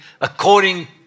according